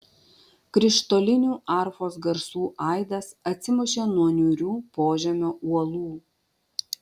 krištolinių arfos garsų aidas atsimušė nuo niūrių požemio uolų